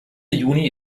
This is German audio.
juni